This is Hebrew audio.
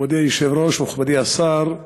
מכובדי היושב-ראש, מכובדי השר,